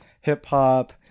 hip-hop